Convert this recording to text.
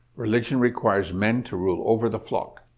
religion requires men to rule over the flock.